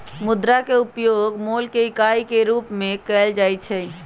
मुद्रा के उपयोग मोल के इकाई के रूप में सेहो कएल जाइ छै